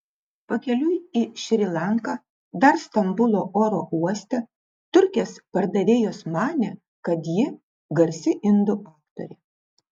pakeliui į šri lanką dar stambulo oro uoste turkės pardavėjos manė kad ji garsi indų aktorė